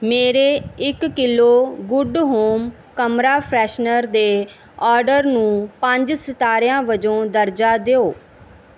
ਮੇਰੇ ਇੱਕ kilo good home ਕਮਰਾ ਫਰੈਸ਼ਨਰ ਦੇ ਆਰਡਰ ਨੂੰ ਪੰਜ ਸਿਤਾਰਿਆਂ ਵਜੋਂ ਦਰਜਾ ਦਿਓ